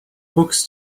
books